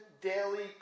daily